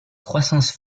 croissance